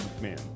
man